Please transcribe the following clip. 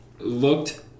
looked